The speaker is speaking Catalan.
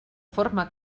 forma